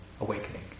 Awakening